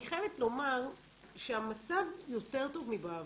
אני חייבת לומר שהמצב יותר טוב מבעבר.